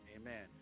Amen